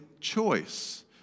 choice